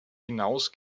hinaus